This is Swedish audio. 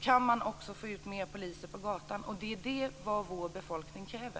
kan man också få ut fler poliser på gatan. Det är det vår befolkning kräver.